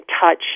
touch